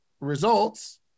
Results